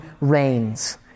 reigns